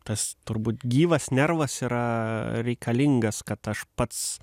tas turbūt gyvas nervas yra reikalingas kad aš pats